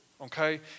okay